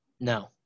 No